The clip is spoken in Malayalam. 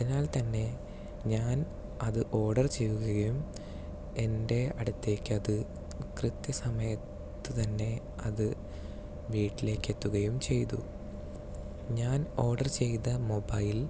അതിനാൽ തന്നെ ഞാൻ അത് ഓർഡർ ചെയ്യുകയും എൻ്റെ അടുത്തേയ്ക്ക് അത് കൃത്യ സമയത്ത് തന്നെ അത് വീട്ടിലേക്ക് എത്തുകയും ചെയ്തു ഞാൻ ഓർഡർ ചെയ്ത മൊബൈൽ